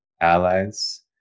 allies